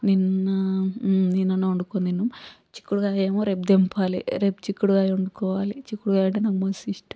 నిన్నా నిన్ననే వండుకుని తిన్నాం చిక్కుడుకాయ ఏమో రేపు తెంపాలి రేపు చిక్కుడుకాయ వండుకోవాలి చిక్కుడుకాయ అంటే నాకు మస్త్ ఇష్టం